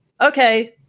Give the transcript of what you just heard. okay